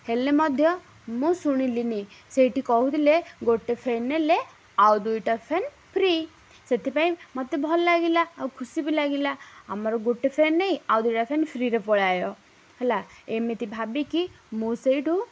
ହେଲେ ମଧ୍ୟ ମୁଁ ଶୁଣିଲିନି ସେଇଠି କହୁଥିଲେ ଗୋଟେ ଫ୍ୟାନ୍ ନେଲେ ଆଉ ଦୁଇଟା ଫ୍ୟାନ୍ ଫ୍ରି ସେଥିପାଇଁ ମତେ ଭଲ ଲାଗିଲା ଆଉ ଖୁସି ବି ଲାଗିଲା ଆମର ଗୋଟେ ଫ୍ୟାନ୍ ନେଇ ଆଉ ଦୁଇଟା ଫ୍ୟାନ୍ ଫ୍ରିରେ ପଳେଇ ଆସିବ ହେଲା ଏମିତି ଭାବିକି ମୁଁ ସେଇଠୁ